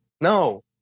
No